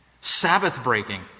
Sabbath-breaking